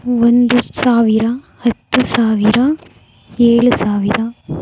ಒಂದು ಸಾವಿರ ಹತ್ತು ಸಾವಿರ ಏಳು ಸಾವಿರ